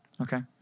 Okay